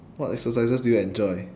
what exercises do you enjoy